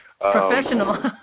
Professional